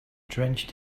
drenched